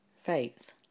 faith